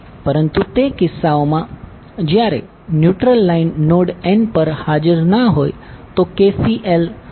પરંતુ તે કિસ્સાઓમાં જ્યારે ન્યુટ્રલ લાઈન નોડ N પર હાજર ના હોય તો KCL હજી પણ વાપરી શકાશે